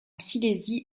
silésie